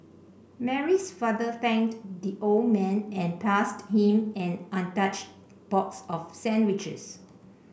Mary's father thanked the old man and passed him an untouched box of sandwiches